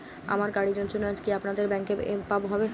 আমার গাড়ির ইন্সুরেন্স কি আপনাদের ব্যাংক এ হবে?